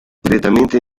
direttamente